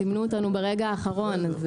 זימנו אותנו ברגע האחרון,